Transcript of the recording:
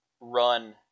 run